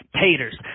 taters